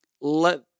let